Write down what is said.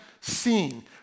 seen